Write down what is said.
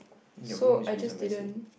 your room is really so messy